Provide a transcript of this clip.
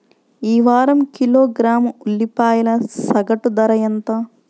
ఈ వారం కిలోగ్రాము ఉల్లిపాయల సగటు ధర ఎంత?